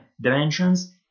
dimensions